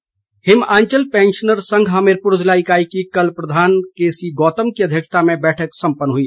pensioner Him Anchal pensioner Sangh Hamirpur ज़िला इकाई की कल प्रधान केसी गौतम की अध्यक्षता में बैठक संपन्न हुई